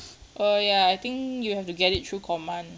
err ya I think you have to get it through command